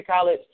college